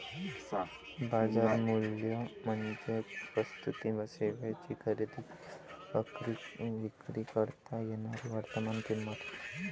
बाजार मूल्य म्हणजे वस्तू किंवा सेवांची खरेदी किंवा विक्री करता येणारी वर्तमान किंमत